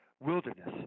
Wilderness